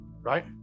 Right